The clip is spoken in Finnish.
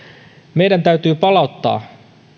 meidän täytyy palauttaa